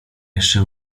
jeszcze